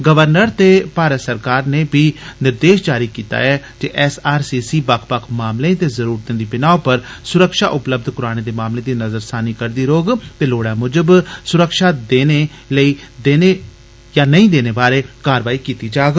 governor ते भारत सरकार नै बी निर्देश जारी कीते दा ऐ जे एसआरसीसी बक्ख बक्ख मामलें ते जरूरतें दी बिनाह् पर सुरक्षा उपलब्ध कराने दे मामले दी नजरसारी करदी रौह्ग ते लोड़ै मुजब सुरक्षा देने यां नेई देने बारै कारवाई कीती जाग